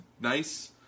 nice